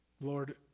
Lord